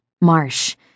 marsh